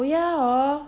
oh ya hor